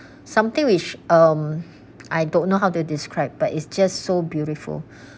something which um I don't know how to describe but it's just so beautiful